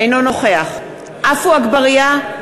אינו נוכח עפו אגבאריה,